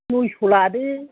नयस' लादो